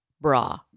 bra